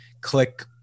Click